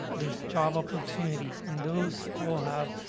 there's job opportunities, and those all have, ah,